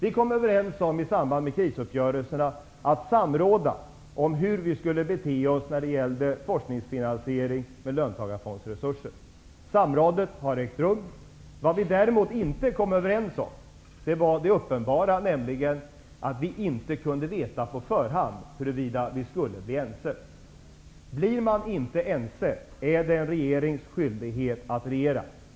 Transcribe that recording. I samband med krisuppgörelserna kom vi överens om att samråda om hur vi skulle bete oss när det gäller forskningsfinansiering med löntagarfondsresurser. Samrådet har ägt rum. Däremot kom vi inte överens om det som var uppenbart, nämligen att vi inte på förhand kunde veta huruvida vi skulle bli ense. Blir man inte ense är det en regerings skyldighet att regera.